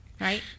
Right